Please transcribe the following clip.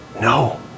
No